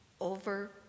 over